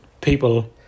people